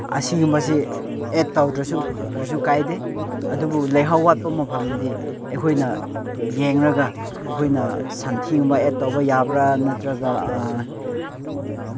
ꯑꯁꯤꯒꯨꯝꯕꯁꯤ ꯑꯦꯗ ꯇꯧꯗ꯭ꯔꯁꯨ ꯀꯔꯤꯁꯨ ꯀꯥꯏꯗꯦ ꯑꯗꯨꯕꯨ ꯂꯩꯍꯥꯎ ꯋꯥꯠꯄ ꯃꯐꯝꯗꯗꯤ ꯑꯩꯈꯣꯏꯅ ꯌꯦꯡꯂꯒ ꯑꯩꯈꯣꯏꯅ ꯁꯟ ꯊꯤꯒꯨꯝꯕ ꯑꯦꯗ ꯇꯧꯕ ꯌꯥꯕ꯭ꯔꯥ ꯅꯠꯇꯔꯒ